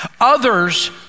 Others